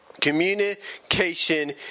communication